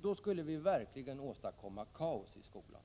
dem, skulle vi verkligen åstadkomma kaos i skolan.